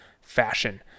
fashion